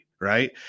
right